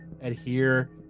adhere